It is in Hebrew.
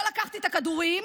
לא לקחתי את הכדורים.